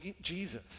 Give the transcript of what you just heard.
Jesus